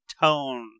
tone